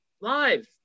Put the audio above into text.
live